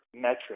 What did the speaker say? metric